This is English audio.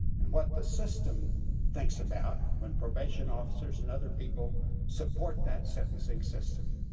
and what the system thinks about when probation officers and other people support that sentencing system.